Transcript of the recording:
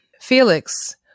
Felix